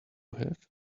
have